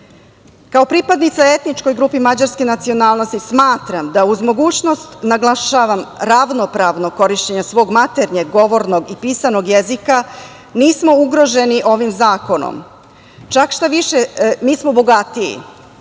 pripadnica etničkoj grupi mađarske nacionalnosti, smatram da uz mogućnost, naglašavam, ravnopravno korišćenje svog maternjeg govornog i pisanog jezika nismo ugroženi ovim zakonom. Čak šta više, mi smo bogatiji,